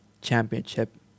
championship